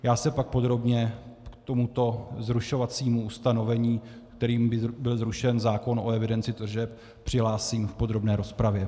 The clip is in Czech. Já se pak podrobně k tomuto zrušovacímu ustanovení, kterým by byl zrušen zákon o evidenci tržeb, přihlásím v podrobné rozpravě.